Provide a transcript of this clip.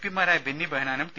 പിമാരായ Benny Behanan T